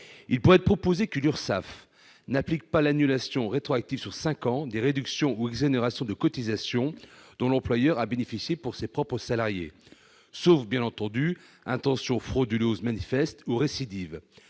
il pourrait être proposé que l'URSSAF n'applique pas l'annulation rétroactive sur cinq ans des réductions ou exonérations de cotisations dont l'employeur a bénéficié pour ses propres salariés, sauf, bien entendu, intention frauduleuse manifeste ou récidive,